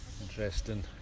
Interesting